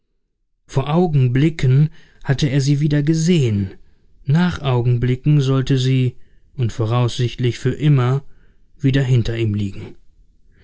vor augenblicken hatte er sie wieder gesehen nach augenblicken sollte sie und voraussichtlich für immer wieder hinter ihm liegen